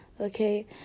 okay